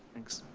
thanks.